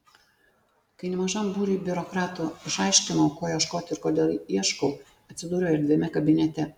kai nemažam būriui biurokratų išaiškinau ko ieškau ir kodėl ieškau atsidūriau erdviame kabinete